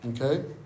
Okay